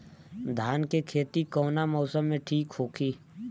धान के खेती कौना मौसम में ठीक होकी?